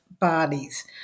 bodies